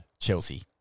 Chelsea